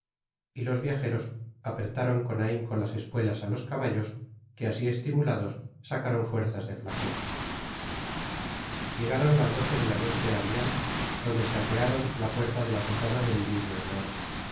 y los viajeros apretaron con ahinco las espuelas á los caballos que asi estimulados sacaron fumas de flaqueza llegaron á las doce de la noche á amiens donde se apearon á la puerta de la posada del lirio de oro